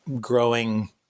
growing –